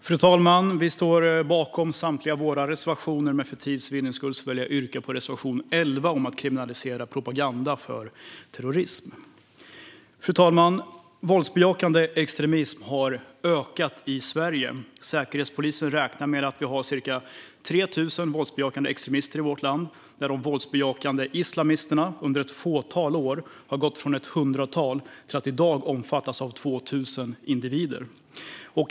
Fru talman! Vi står bakom samtliga våra reservationer, men för tids vinnande väljer jag att yrka bifall endast till reservation 11 om att kriminalisera propaganda för terrorism. Fru talman! Våldsbejakande extremism har ökat i Sverige. Säkerhetspolisen räknar med att det finns ca 3 000 våldsbejakande extremister i vårt land, där de våldsbejakande islamisterna under ett fåtal år har gått från ett hundratal till att i dag omfattas av 2 000 individer.